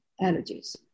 allergies